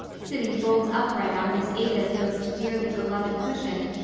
sitting bolt upright on miss ada's most dearly beloved cushion,